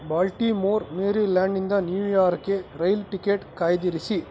Baltimore ಮೇರಿ ಲ್ಯಾಂಡ್ನಿಂದ ನ್ಯೂಯಾರ್ಕ್ಗೆ ರೈಲ್ ಟಿಕೆಟ್ ಕಾಯ್ದಿರಿಸಿ